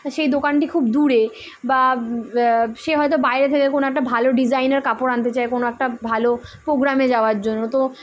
সেই দোকানটি খুব দূরে বা সে হয়তো বাইরে থেকে কোনো একটা ভালো ডিজাইনার কাপড় আনতে চায় কোনো একটা ভালো পোগ্রামে যাওয়ার জন্য তো